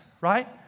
right